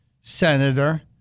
Senator